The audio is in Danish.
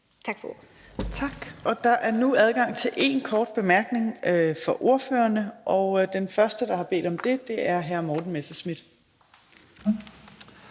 Tak for ordet.